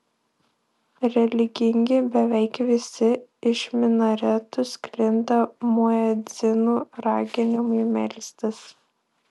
religingi beveik visi iš minaretų sklinda muedzinų raginimai melstis